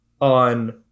on